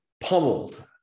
pummeled